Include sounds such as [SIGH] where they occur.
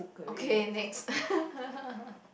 okay next [LAUGHS]